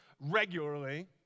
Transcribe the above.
regularly